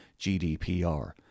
GDPR